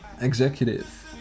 Executive